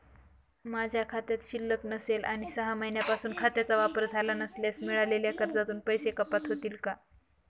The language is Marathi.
माझ्या खात्यात शिल्लक नसेल आणि सहा महिन्यांपासून खात्याचा वापर झाला नसल्यास मिळालेल्या कर्जातून पैसे कपात होतील का?